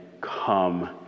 come